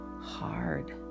hard